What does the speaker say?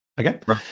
okay